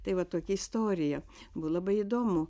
tai va tokia istorija buvo labai įdomu